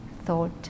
thought